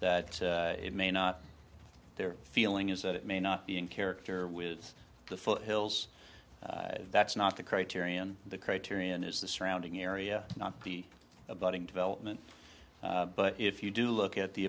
that it may not their feeling is that it may not be in character with the foot hills that's not the criterion the criterion is the surrounding area not be a budding development but if you do look at the